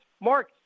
Mark